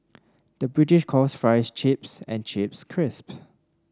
the British calls fries chips and chips crisp